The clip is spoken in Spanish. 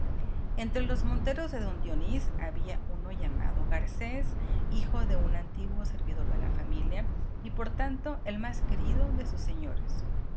entre los monteros de don dionís había uno llamado garcés hijo de un antiguo servidor de la familia y por tanto el más querido de sus señores